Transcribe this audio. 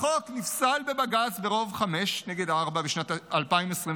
החוק נפסל בבג"ץ ברוב של 5 נגד 4 בשנת 2021,